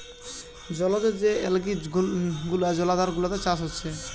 জলজ যে অ্যালগি গুলা জলাধার গুলাতে চাষ হচ্ছে